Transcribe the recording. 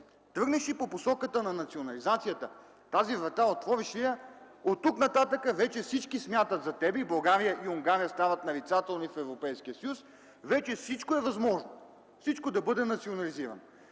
Тръгнеш ли по посоката на национализацията, тази врата отвориш ли я, оттук нататък всички смятат за теб – България и Унгария стават нарицателни в Европейския съюз, че вече всичко е възможно да бъде национализирано.